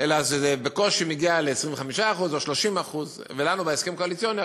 אלא זה בקושי מגיע ל-25% או 30%. לנו בהסכם הקואליציוני,